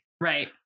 right